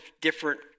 different